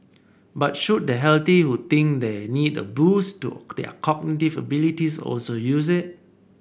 but should the healthy who think they need a boost to their cognitive abilities also use it